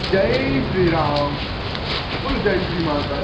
जय श्रीराम उल् जय श्रीमहाकाल